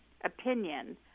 opinion